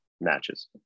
matches